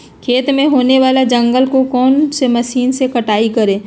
खेत में होने वाले जंगल को कौन से मशीन से कटाई करें?